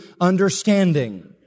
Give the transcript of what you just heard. understanding